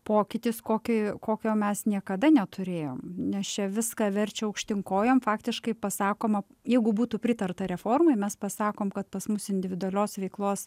pokytis kokį kokio mes niekada neturėjom nes čia viską verčia aukštyn kojom faktiškai pasakoma jeigu būtų pritarta reformai mes pasakom kad pas mus individualios veiklos